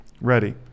ready